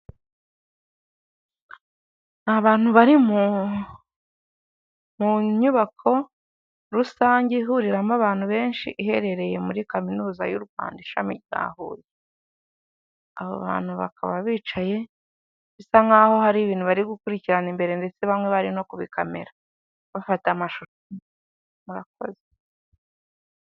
Abantu bari mu nyubako rusange ihuriramo abantu benshi iherereye muri kaminuza y'u Rwanda, ishami rya Huye, aba bantu bakaba bicaye bisa nkaho hari ibintu bari gukurikirana imbere ndetse bamwe bari no kubikamera bafata amashusho. Murakoze.